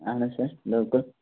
اہن حظ سر بِلکُل